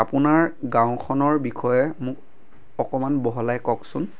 আপোনাৰ গাঁওখনৰ বিষয়ে মোক অকণমান বহলাই কওকচোন